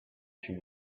she